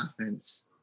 offense